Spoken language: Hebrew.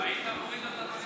היית מוריד אותנו,